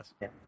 yes